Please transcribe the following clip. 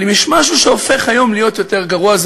אבל אם יש משהו שהופך היום להיות יותר גרוע,